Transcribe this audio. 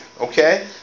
Okay